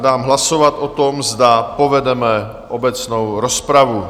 Dám hlasovat o tom, zda povedeme obecnou rozpravu.